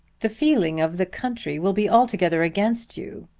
the feeling of the country will be altogether against you,